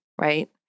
right